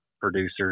producers